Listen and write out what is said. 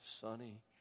sunny